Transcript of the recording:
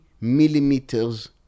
millimeters